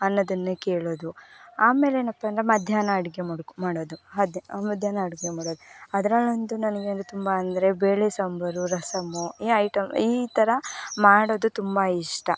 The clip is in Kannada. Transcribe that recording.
ಅನ್ನೋದನ್ನೆ ಕೇಳೋದು ಆಮೇಲೆ ಏನಪ್ಪಾ ಅಂದರೆ ಮಧ್ಯಾಹ್ನ ಅಡುಗೆ ಮಾಡೋಕ್ ಮಾಡೋದು ಅದೇ ಮಧ್ಯಾಹ್ನ ಅಡುಗೆ ಮಾಡೋದು ಅದರಲ್ಲಂತೂ ನನಗೆ ಅಂದರೆ ತುಂಬ ಅಂದರೆ ಬೇಳೆ ಸಾಂಬಾರು ರಸಮ್ಮು ಈ ಐಟಮ್ ಈ ಥರ ಮಾಡೋದು ತುಂಬ ಇಷ್ಟ